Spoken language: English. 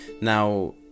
Now